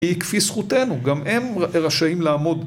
‫כפי זכותנו, גם הם רשאים לעמוד.